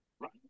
right